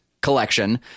collection